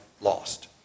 lost